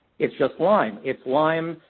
it's just lyme. it's lyme,